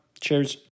Cheers